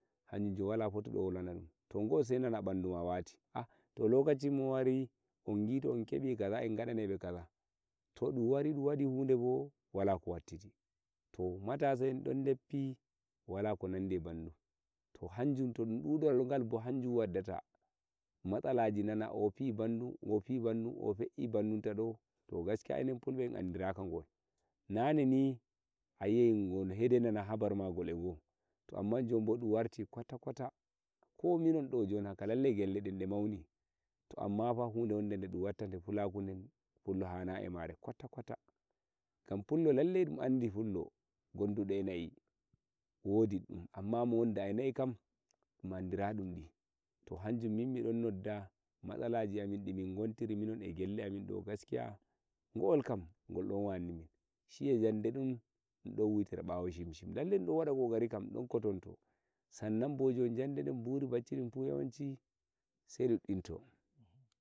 Hachum bo jon wala potudo wolwanadum ta gol senena ɓendume weti to lokaci mo wari ungi un kime to un kaza to dun wari dun wadi welo ko weltiti to matasa en don deppi wala ko nandi eh bandum to hanjum to dun kude hanjum waddete mastalaji nane or fi bandum or fi bandum fe e bandun ta do to gaskiya enen fulbe in andiraka gol nane ni sai dai nane habar gol e go to amman jumbo dun warti kotakota kominon ɗon jonhaka lallai gelleɗen ɗe mauni to amma fa hude wonde de dun watta de fulaku den de hanayi kotakota gam fullo lallai ɗum andi fullo gunduɗo eh e i wodi ɗum amma mo wonda eh na e kam andirak eh ɗum toh hanjum miɗon nidda matsalaji amin demin gondi gol kam gol ɗon wanni mi shiya jade ɗum ɗon wutira bawo bawo sannan bo jandeden yawamchi dum don dubdinto.